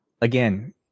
again